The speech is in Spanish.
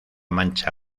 mancha